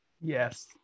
Yes